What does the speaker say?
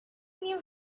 knew